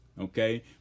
okay